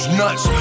nuts